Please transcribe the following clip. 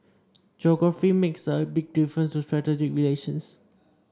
geography makes a big difference to strategic relations